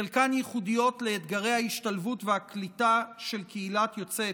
חלקן ייחודיות לאתגרי ההשתלבות והקליטה של קהילת יוצאי